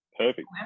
Perfect